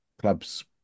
clubs